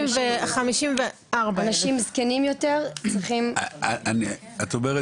אנשים זקנים יותר צריכים --- את אומרת